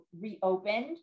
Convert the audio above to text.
reopened